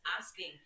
asking